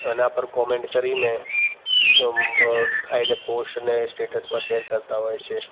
એના પર કૉમેન્ટ કરીને અ આવી રીતે પોસ્ટને સ્ટેટ્સમાં શૅર કરતાં હોય છે